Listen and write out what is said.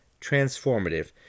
transformative